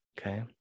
Okay